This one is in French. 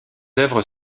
œuvres